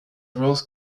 rose